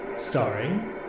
Starring